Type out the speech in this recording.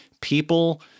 people